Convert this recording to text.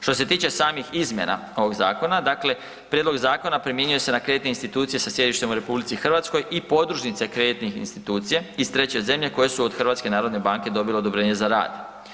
Što se tiče samih izmjena ovog zakona, dakle, prijedlog zakona primjenjuje se na kreditne institucije sa sjedištem u RH i podružnice kreditnih institucija iz treće zemlje koje su od HNB-a dobile odobrenje za rad.